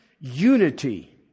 unity